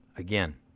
Again